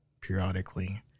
periodically